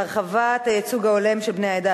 להרחבת הייצוג ההולם של בני העדה